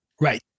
Right